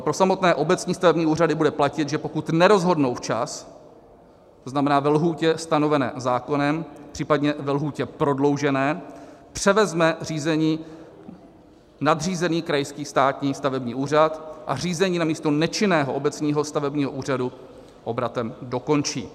Pro samotné obecní stavební úřady bude platit, že pokud nerozhodnou včas, to znamená ve lhůtě stanovené zákonem, případně ve lhůtě prodloužené, převezme řízení nadřízený krajský státní stavební úřad a řízení namísto nečinného obecního stavebního úřadu obratem dokončí.